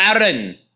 Aaron